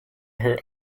her